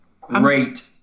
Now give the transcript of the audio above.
great